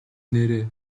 нээрээ